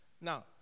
Now